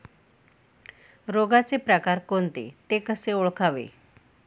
रोगाचे प्रकार कोणते? ते कसे ओळखावे?